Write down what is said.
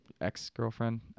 ex-girlfriend